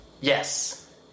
Yes